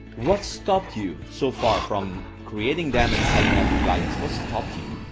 what stopped you so far from creating them and selling them to clients. what's stopped you?